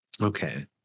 Okay